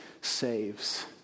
saves